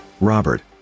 Robert